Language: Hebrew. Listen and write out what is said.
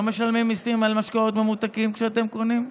לא משלמים מיסים על משקאות ממותקים כשאתם קונים?